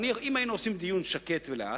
אם היינו עושים דיון שקט ואטי,